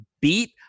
beat